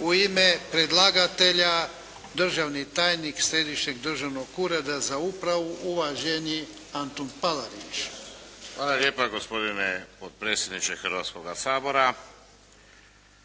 U ime predlagatelja državni tajnik Središnjeg državnog ureda za upravu, uvaženi Antun Palarić. **Palarić, Antun** Hvala lijepa gospodine potpredsjedniče Hrvatskoga sabora.